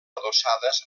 adossades